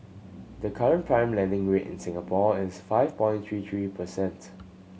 the current prime lending rate in Singapore is five point three three percent